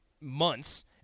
months